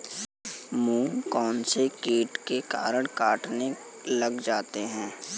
मूंग कौनसे कीट के कारण कटने लग जाते हैं?